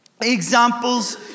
Examples